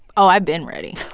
i've been ready.